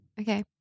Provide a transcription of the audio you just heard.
Okay